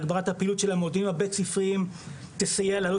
הגברת פעילות של --- הבית ספריים תסייע להעלות